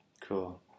Cool